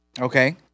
Okay